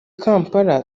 kampala